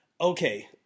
Okay